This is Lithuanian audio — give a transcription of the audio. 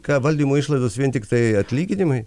ką valdymo išlaidos vien tiktai atlyginimai